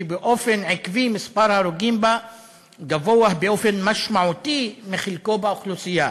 שבאופן עקבי מספר ההרוגים בה גבוה באופן משמעותי מחלקה באוכלוסייה.